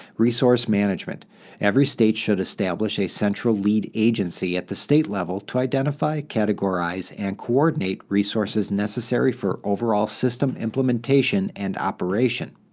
resource management every state should establish a central lead agency at the state level to identify, categorize, and coordinate resources necessary for overall system implementation and operation.